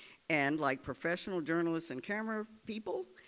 and like professional journalists and camera people,